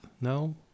No